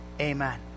Amen